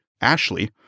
Ashley